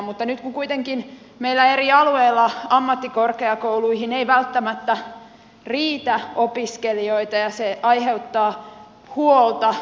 mutta nyt kuitenkaan meillä eri alueilla ammattikorkeakouluihin ei välttämättä riitä opiskelijoita ja tämä uudistus aiheuttaa huolta siellä